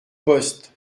poste